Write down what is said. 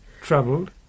Troubled